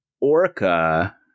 orca